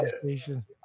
station